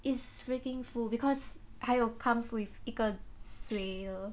is freaking full because 还有 comes with 一个水的